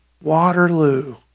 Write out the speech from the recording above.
Waterloo